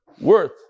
Worth